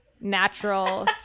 natural